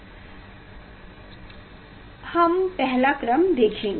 हम पहला क्रम देखेंगे